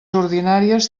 ordinàries